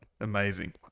Amazing